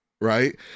right